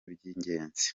by’ibanze